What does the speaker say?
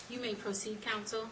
you may proceed counsel